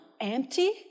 empty